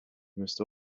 must